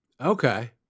okay